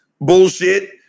bullshit